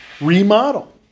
remodel